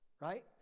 right